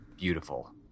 Beautiful